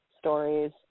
stories